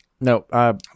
No